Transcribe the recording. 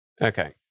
Okay